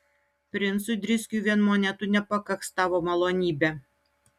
princui driskiui vien monetų nepakaks tavo malonybe